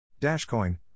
Dashcoin